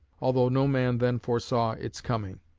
although no man then foresaw its coming.